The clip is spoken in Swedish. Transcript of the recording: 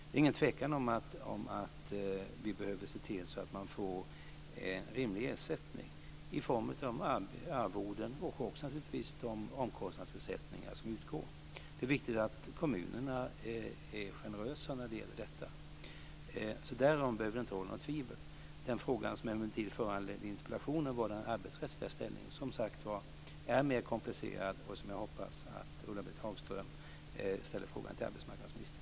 Det är ingen tvekan om att vi behöver se till att man får rimlig ersättning i form av arvoden och också naturligtvis de omkostnadsersättningar som utgår. Det är viktigt att kommunerna är generösa när det gäller detta. Därom behöver det inte råda något tvivel. Den fråga som emellertid föranledde interpellationen, om den arbetsrättsliga ställningen, är som sagt var mer komplicerad, och jag hoppas att Ulla-Britt Hagström ställer frågan till arbetsmarknadsministern.